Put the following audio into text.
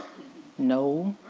no.